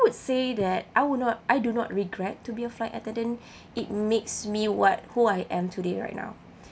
would say that I will not I do not regret to be a flight attendant it makes me what who I am today right now